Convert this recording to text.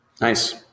nice